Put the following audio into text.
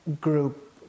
group